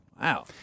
Wow